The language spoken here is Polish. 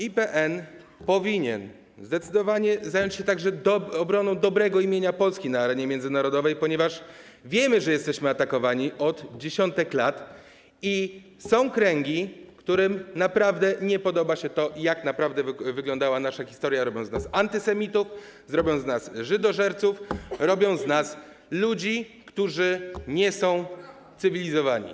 IPN powinien zdecydowanie zająć się także obroną dobrego imienia Polski na arenie międzynarodowej, ponieważ wiemy, że jesteśmy atakowani od dziesiątków lat, są kręgi, którym nie podoba się to, jak naprawdę wyglądała nasza historia, które robią z nas antysemitów, robią z nas żydożerców, robią z nas ludzi, którzy nie są cywilizowani.